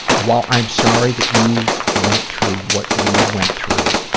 while i'm sorry that you went through what you went through,